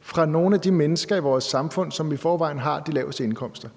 fra nogle af de mennesker i vores samfund, som i forvejen har de laveste indkomster?